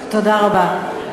תודה רבה.